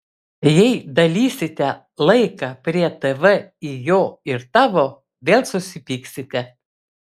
jei dalysite laiką prie tv į jo ir tavo vėl susipyksite